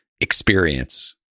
experience